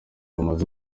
rumaze